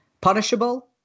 punishable